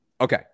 Okay